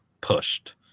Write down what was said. pushed